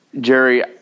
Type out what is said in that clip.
jerry